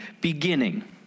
beginning